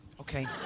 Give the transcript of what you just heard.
Okay